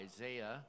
Isaiah